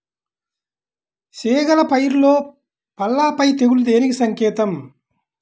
చేగల పైరులో పల్లాపై తెగులు దేనికి సంకేతం?